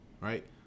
Right